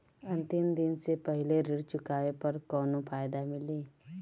अंतिम दिन से पहले ऋण चुकाने पर कौनो फायदा मिली?